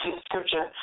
scripture